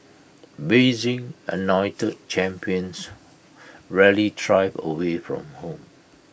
Beijing anointed champions rarely thrive away from home